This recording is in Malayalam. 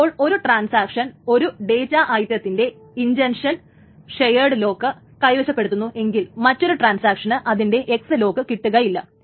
അതായത് ഇപ്പോൾ ഒരു ട്രാൻസാക്ഷൻ ഒരു ഡേറ്റാ ഐറ്റത്തിന്റെ ഇൻന്റൺഷൻ ഷെയേഡ് ലോക്ക് കൈവശപ്പെടുത്തുന്നു എങ്കിൽ മറ്റൊരു ട്രാൻസാക്ഷന് അതിന്റെ X ലോക്ക് കിട്ടില്ല